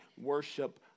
worship